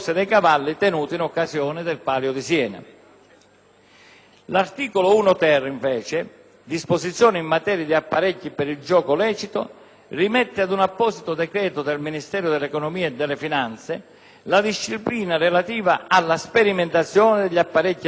L'articolo 1-*ter* (Disposizioni in materia di apparecchi per il gioco lecito) rimette ad un apposito decreto del Ministro dell'economia e delle finanze la disciplina relativa alla sperimentazione di apparecchi elettronici per il gioco lecito collegati in rete.